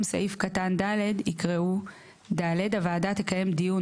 במקום סעיף קטן (ד) יקראו: "(ד) הוועדה תקיים דיון